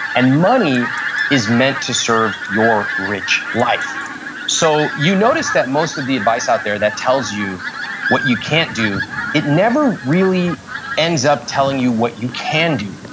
and money is meant to serve your rich life so, you notice that most of the advice out there that tells you what you can't do it never really ends up telling you what you can do.